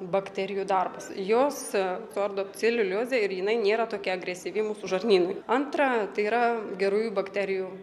bakterijų darbas jos suardo celiuliozę ir jinai nėra tokia agresyvi mūsų žarnynui antra tai yra gerųjų bakterijų